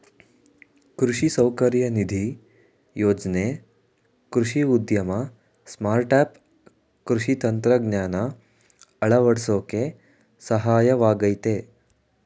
ಕೃಷಿ ಸೌಕರ್ಯ ನಿಧಿ ಯೋಜ್ನೆ ಕೃಷಿ ಉದ್ಯಮ ಸ್ಟಾರ್ಟ್ಆಪ್ ಕೃಷಿ ತಂತ್ರಜ್ಞಾನ ಅಳವಡ್ಸೋಕೆ ಸಹಾಯವಾಗಯ್ತೆ